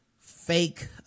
fake